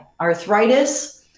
arthritis